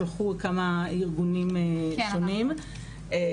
שלחו כמה ארגונים שונים,